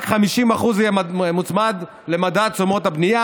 רק 50% יהיה מוצמד למדד תשומת הבנייה.